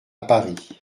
paris